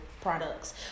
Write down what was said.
products